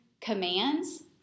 commands